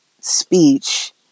speech